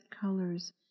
colors